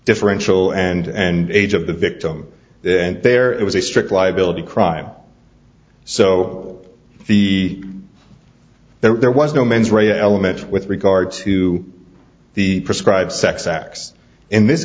differential and age of the victim and there it was a strict liability crime so the there was no mens rea element with regard to the prescribed sex acts in this